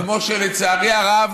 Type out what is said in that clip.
וכמו שלצערי הרב,